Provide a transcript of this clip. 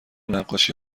نقاشی